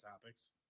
topics